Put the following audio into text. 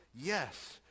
Yes